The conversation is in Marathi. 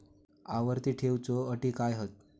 आवर्ती ठेव च्यो अटी काय हत?